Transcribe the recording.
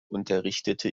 unterrichtete